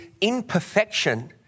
imperfection